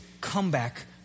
comeback